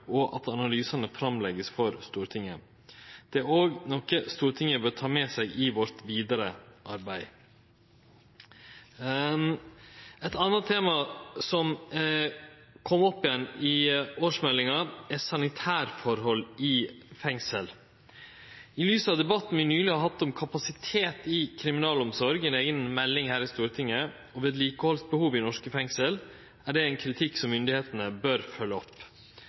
og at analysane vert lagde fram for Stortinget. Det er òg noko Stortinget bør ta med seg i sitt vidare arbeid. Eit anna tema som kom opp igjen i årsmeldinga, er sanitærforhold i fengsel. I lys av debatten vi nyleg har hatt om kapasiteten i kriminalomsorga, ei eiga melding her i Stortinget, og vedlikehaldsbehov i norske fengsel, er det ein kritikk som myndigheitene bør følgje opp.